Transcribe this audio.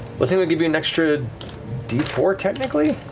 blessing would give you an extra d four, technically?